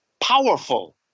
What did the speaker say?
powerful